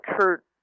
Kurt